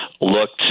looked